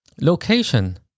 location